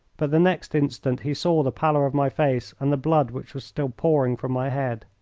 but the next instant he saw the pallor of my face and the blood which was still pouring from my head.